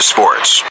Sports